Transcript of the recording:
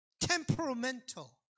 temperamental